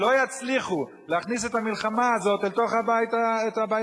ולא יצליחו להכניס את המלחמה הזאת אל תוך הבית החרדי.